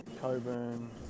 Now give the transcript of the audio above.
Coburn